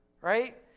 Right